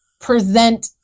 present